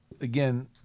again